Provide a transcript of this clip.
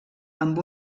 amb